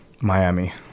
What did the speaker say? Miami